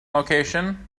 location